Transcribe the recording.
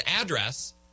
address